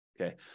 okay